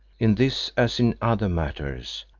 in this as in other matters,